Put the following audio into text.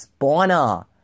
spawner